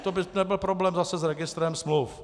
To by nebyl problém zase s registrem smluv.